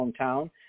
hometown